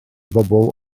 bobl